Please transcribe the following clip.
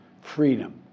freedom